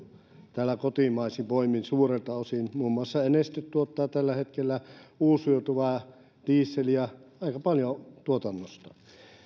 täällä kotimaisin voimin suurelta osin muun muassa neste tuottaa tällä hetkellä uusiutuvaa dieseliä aika paljon tuotannostaan